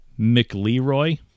McLeRoy